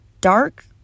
dark